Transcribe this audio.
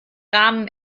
rahmen